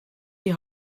die